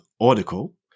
article